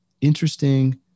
interesting